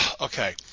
okay